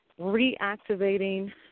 reactivating